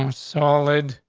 um solid,